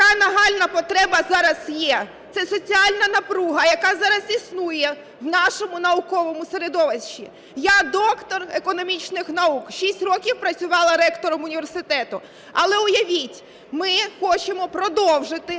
Така нагальна потреба зараз є – це соціальна напруга, яка зараз існує в нашому науковому середовищі. Я, доктор економічних наук, 6 років працювала ректором університету. Але, уявіть, ми хочемо продовжити